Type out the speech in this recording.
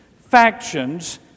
factions